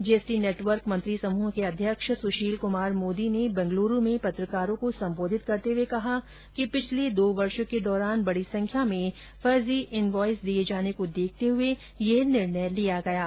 GST network मंत्री समूह के अध्यक्ष सूशील कुमार मोदी ने बंगलुरु में पत्रकारों को संबोधित करते हुए कहा कि पिछले दो वर्षों के दौरान बड़ी संख्या में फर्जी इनवॉयस दिए जाने को देखते हुए यह निर्णय लिया गया है